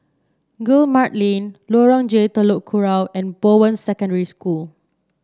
Guillemard Lane Lorong J Telok Kurau and Bowen Secondary School